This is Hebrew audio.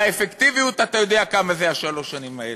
והאפקטיביות, אתה יודע כמה זה שלוש השנים האלה.